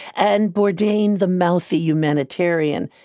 and bourdain the mouthy humanitarian.